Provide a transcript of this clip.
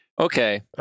Okay